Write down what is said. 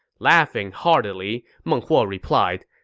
laughing heartily, meng huo replied,